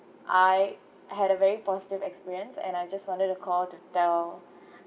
I had a very positive experience and I just wanted to call to tell